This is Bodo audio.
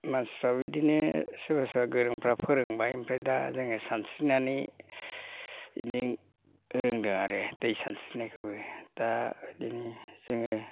मानसिफ्रा बिदिनो सोरबा सोरबा गोरोंफ्रा फोरोंबाय ओमफ्राय दा जोङो सानस्रिनानै बिदिनो रोंदों आरो दै सानस्रिनायखौबो दा बिदिनो जोङो